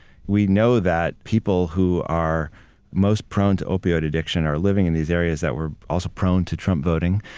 we know that people who are most prone to opioid addiction are living in these areas that we're also prone to trump voting.